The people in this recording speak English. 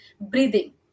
breathing